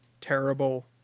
terrible